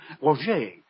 Roger